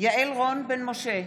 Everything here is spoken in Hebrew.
יעל רון בן משה,